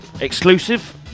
exclusive